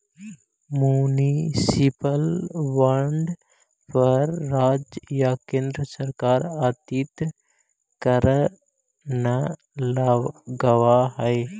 municipal bond पर राज्य या केन्द्र सरकार अतिरिक्त कर न लगावऽ हइ